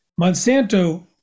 Monsanto